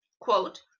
quote